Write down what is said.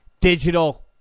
Digital